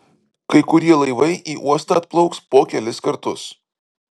kai kurie laivai į uostą atplauks po kelis kartus